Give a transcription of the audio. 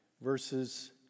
verses